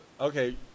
Okay